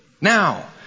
Now